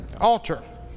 altar